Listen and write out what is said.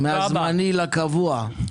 מהזמני לקבוע.